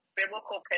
biblical